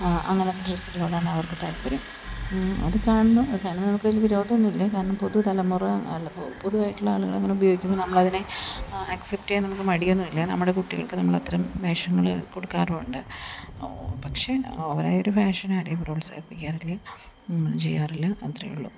അങ്ങനത്തെ ഡ്രസ്സ്കളോടാണ് അവർക്ക് താല്പര്യം അത് കാണണം അത് കാണണം എന്ന് നമുക്ക് വലിയ വിരോധൊന്നും ഇല്ല കാരണം പൊതു തലമുറ അല്ല പൊതുവായിട്ടുള്ള ആളുകൾ അങ്ങനെ ഉപയോഗിക്കുന്നു നമ്മൾ അതിനെ അക്സെപ്റ് ചെയ്യാന്നുള്ളത് മടിയൊന്നുമില്ല നമ്മുടെ കുട്ടികൾക്ക് നമ്മൾ അത്തരം വേഷങ്ങൾ കൊടുക്കാറുണ്ട് പക്ഷേ ഓവറായൊരു ഫാഷനായിട്ട് പ്രോത്സാഹിപ്പിക്കാറില്ല അത് ചെയ്യാറില്ല അത്രേയുള്ളൂ